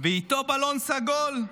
ואיתו בלון סגול,